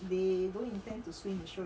the switch